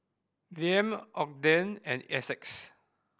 Liam Ogden and Essex